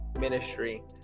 ministry